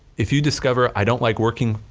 if you discover, i don't like working,